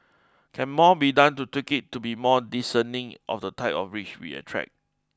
can more be done to tweak it to be more discerning of the type of rich we attract